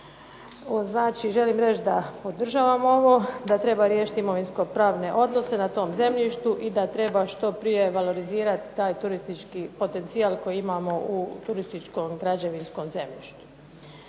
Znači, želim reći da podržavam ovo da treba riješiti imovinsko-pravne odnose na tom zemljištu i da treba što prije valorizirati taj turistički potencijal koji imamo u turističkom građevinskom zemljištu.